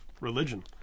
religion